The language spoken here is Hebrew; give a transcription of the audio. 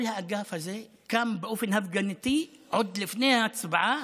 כל האגף הזה קם באופן הפגנתי עוד לפני ההצבעה,